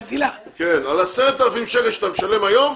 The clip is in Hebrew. על 10,000 שקל שאתה משלם היום,